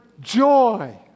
joy